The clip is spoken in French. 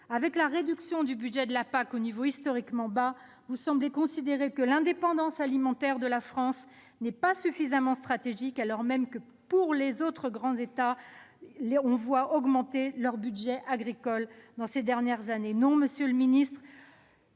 Avec la réduction du budget de la PAC à un niveau historiquement bas, vous semblez considérer que l'indépendance alimentaire de la France n'est pas suffisamment stratégique, alors même que les autres grands États ont augmenté leur budget agricole ces dernières années. Monsieur le ministre,